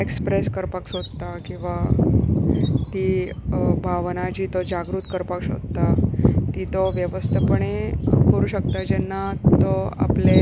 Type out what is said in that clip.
express करपाक सोदता किंवां ती भावना जी तो जागृत करपाक सोदता ती तो वेवस्थपणे करूं शकता जेन्ना तो आपले